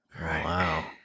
Wow